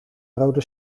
rode